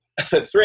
three